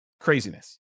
craziness